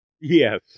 Yes